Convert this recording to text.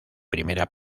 primera